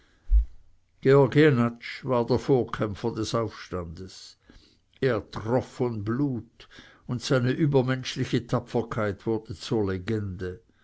der vorkämpfer des aufstandes er troff von blut und seine übermenschliche tapferkeit wurde zur legende